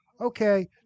okay